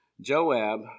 Joab